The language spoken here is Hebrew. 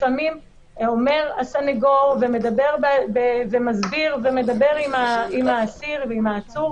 לפעמים הסנגור מדבר עם האסיר או עם העצור,